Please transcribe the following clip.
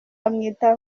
amwita